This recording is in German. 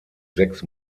sechs